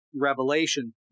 Revelation